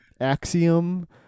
Axiom